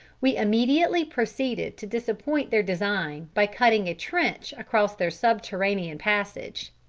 we immediately proceeded to disappoint their design by cutting a trench across their subterranean passage.